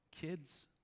kids